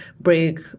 break